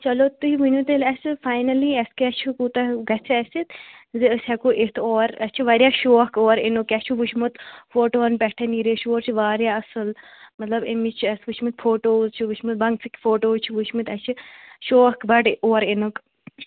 چلو تُہۍ ؤنِو تیٚلہِ اسہِ حظ فایِنٕلی اسہِ کیٛاہ چھُ کوٗتاہ گَژھِ اسہِ زِ أسۍ ہیٚکو یِتھ اور اسہِ چھِ واریاہ شوق اور یِنُک اسہِ چھُ وُچھمُت فوٗٹوَن پیٚٹھٕ یہِ ریٚشوور چھِ واریاہ اَصٕل مَطلَب اَمِچ چھَ اسہِ وُچھمِتۍ فوٚٹوٗز چھِ وُچھمٕتۍ بَنٛگسٕکۍ فوٹوٗز چھِ وُچھمٕتۍ اَسہِ چھُ شوق بَڈٕ اور یِنُک